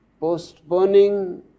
postponing